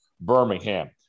Birmingham